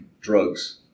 drugs